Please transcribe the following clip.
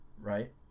right